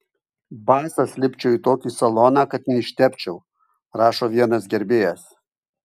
basas lipčiau į tokį saloną kad neištepčiau rašo vienas gerbėjas